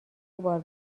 بار